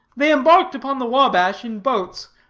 they embarked upon the wabash in boats,